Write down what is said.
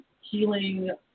healing